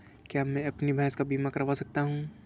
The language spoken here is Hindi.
क्या मैं अपनी भैंस का बीमा करवा सकता हूँ?